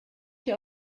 hier